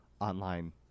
online